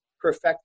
perfect